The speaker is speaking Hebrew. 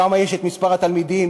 שם יש מספר התלמידים,